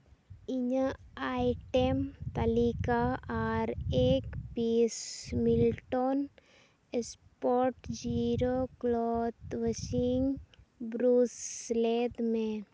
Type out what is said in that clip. ᱤᱧᱟᱹᱜ ᱟᱭᱴᱮᱢ ᱛᱟᱹᱞᱤᱠᱟ ᱟᱨ ᱮᱠ piece Milton spot zero cloth washing brush ᱥᱮᱞᱮᱫᱽ ᱢᱮ